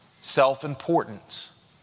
Self-importance